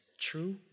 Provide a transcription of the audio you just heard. true